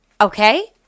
okay